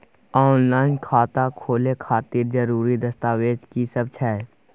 Online खाता खोले खातिर जरुरी दस्तावेज की सब छै?